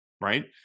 right